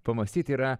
pamąstyt yra